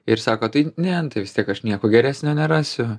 ir sako tai ne vis tiek aš nieko geresnio nerasiu